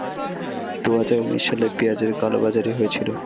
দুহাজার উনিশ সালে পেঁয়াজের কালোবাজারি হয়েছিল